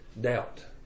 doubt